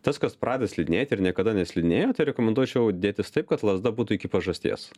tas kas pradeda slidinėti ir niekada neslidinėjo tai rekomenduočiau dėtis taip kad lazda būtų iki pažasties